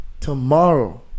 tomorrow